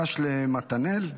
ד"ש למתנאל.